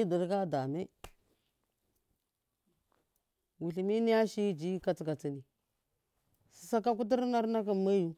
miduɗika a dame wulimi niya shiyi ji katsi katsina sisaka kutu rina rina meyu.